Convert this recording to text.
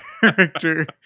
character